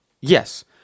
Yes